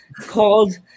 called